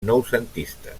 noucentistes